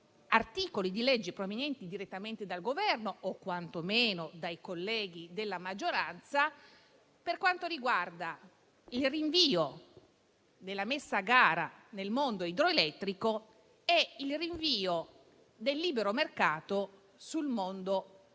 articoli di legge provenienti direttamente dal Governo, o quantomeno dai colleghi della maggioranza, per quanto riguarda il rinvio della messa a gara nel mondo idroelettrico e il rinvio del libero mercato sul mondo gas ed elettricità,